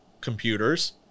computers